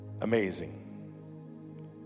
Amazing